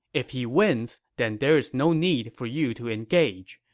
if he wins, then there's no need for you to engage.